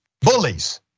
bullies